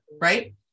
Right